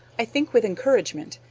i think, with encouragement,